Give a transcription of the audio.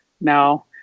no